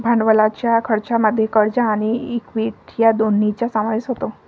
भांडवलाच्या खर्चामध्ये कर्ज आणि इक्विटी या दोन्हींचा समावेश होतो